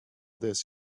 this